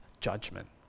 judgment